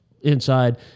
inside